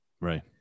Right